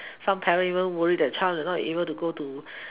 some parents even worry that their child is not able to go to